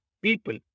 people